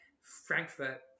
Frankfurt